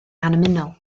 annymunol